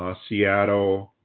ah seattle,